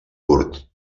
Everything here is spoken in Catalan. curt